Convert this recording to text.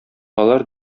алар